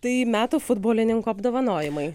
tai metų futbolininkų apdovanojimai